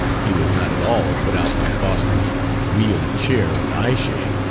he was not at all put out by foster's wheeled chair and eyeshade,